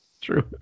True